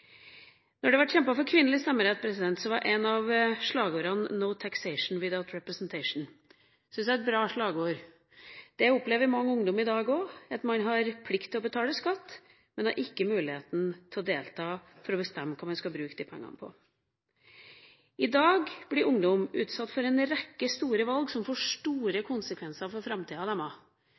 Når det har vært kjempet for kvinners stemmerett, har et av slagordene vært «no taxation without representation». Det syns jeg er et bra slagord. Også mange ungdommer i dag opplever at man har plikt til å betale skatt, men man har ikke mulighet til å delta for å bestemme hva man skal bruke disse pengene på. I dag blir ungdom utsatt for en rekke store valg som får store konsekvenser for framtida